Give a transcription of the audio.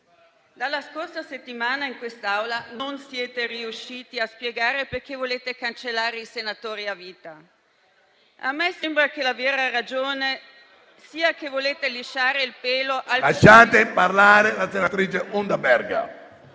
Dalla scorsa settimana in quest'Aula non siete riusciti a spiegare perché volete cancellare i senatori a vita, colleghi. A me sembra che la vera ragione sia che volete lisciare il pelo... *(Commenti)*. PRESIDENTE. Lasciate parlare la senatrice Unterberger.